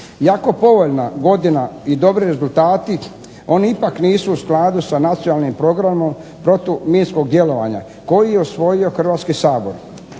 Jako povoljna godina i dobri rezultati oni ipak nisu u skladu s nacionalnim programom protuminskog djelovanja koji je osvojio Hrvatski sabor.